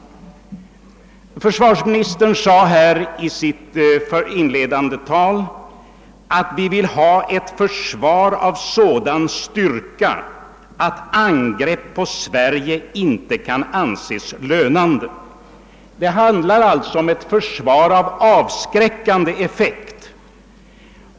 Försvarsministern sade i sitt inledande tal att vi vill ha ett försvar av sådan styrka att angrepp på Sverige inte kan anses lönande. Det handlar alltså om ett försvar med avskräckande effekt.